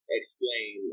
explain